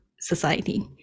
society